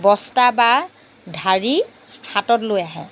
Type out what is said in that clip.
বস্তা বা ঢাৰি হাতত লৈ আহে